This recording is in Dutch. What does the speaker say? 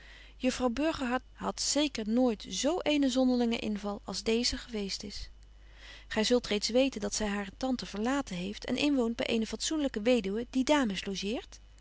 sara burgerhart hadt zeker nooit zo eenen zonderlingen inval als deeze geweest is gy zult reeds weten dat zy hare tante verlaten heeft en inwoont by eene fatsoenlyke weduwe die dames logeert